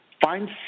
Find